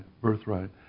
birthright